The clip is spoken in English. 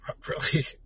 properly